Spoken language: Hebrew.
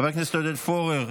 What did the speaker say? חבר הכנסת עודד פורר,